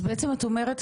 אז בעצם מה את אומרת,